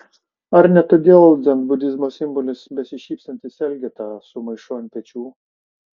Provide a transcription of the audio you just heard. ar ne todėl dzenbudizmo simbolis besišypsantis elgeta su maišu ant pečių